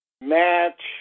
match